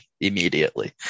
immediately